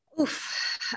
Oof